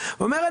ואומר,